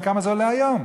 וכמה זה עולה היום?